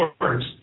words